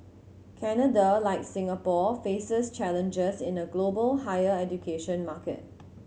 Canada like Singapore faces challenges in a global higher education market